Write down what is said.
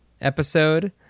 episode